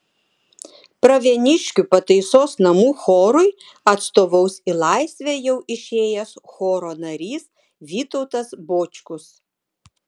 pravieniškių pataisos namų chorui atstovaus į laisvę jau išėjęs choro narys vytautas bočkus